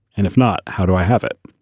and if not, how do i have it?